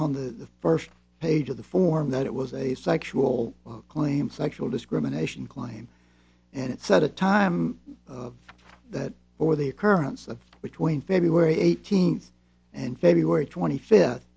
on the first page of the form that it was a sexual claim sexual discrimination claim and it set a time of that or the occurrence of between february eighteenth and february twenty fifth